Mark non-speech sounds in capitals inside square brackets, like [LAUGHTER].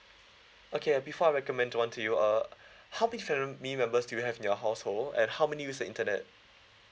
okay ah before I recommend one to you uh [BREATH] how many family members do you have in your household and how many use the internet